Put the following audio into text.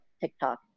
TikTok